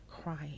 crying